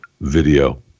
video